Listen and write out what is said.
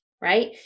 right